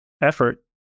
effort